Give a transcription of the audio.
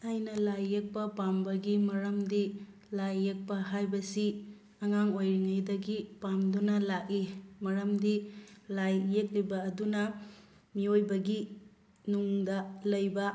ꯑꯩꯅ ꯂꯥꯏ ꯌꯦꯛꯄ ꯄꯥꯝꯕꯒꯤ ꯃꯔꯝꯗꯤ ꯂꯥꯏ ꯌꯦꯛꯄ ꯍꯥꯏꯕꯁꯤ ꯑꯉꯥꯡ ꯑꯣꯏꯔꯤꯉꯩꯗꯒꯤ ꯄꯥꯝꯗꯨꯅ ꯂꯥꯛꯏ ꯃꯔꯝꯗꯤ ꯂꯥꯏ ꯌꯦꯛꯂꯤꯕ ꯑꯗꯨꯅ ꯃꯤꯌꯣꯏꯕꯒꯤ ꯅꯨꯡꯗ ꯂꯩꯕ